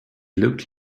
looked